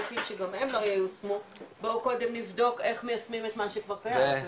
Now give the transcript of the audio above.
חוקים שגם הם לא ייושמו בואו קודם נבדוק איך מיישמים את מה שכבר קיים.